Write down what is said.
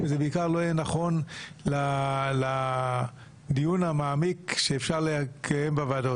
בעיקר לא יהיה נכון לדיון המעמיק שאפשר לקיים בוועדות.